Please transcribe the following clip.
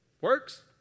Works